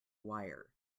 wire